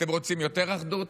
אתם רוצים יותר אחדות?